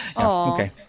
okay